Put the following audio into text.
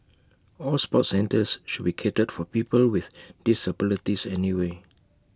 all sports centres should be catered for people with disabilities anyway